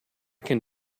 can